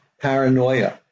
paranoia